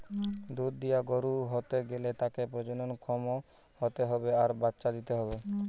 দুধ দিয়া গরু হতে গ্যালে তাকে প্রজনন ক্ষম হতে হবে আর বাচ্চা দিতে হবে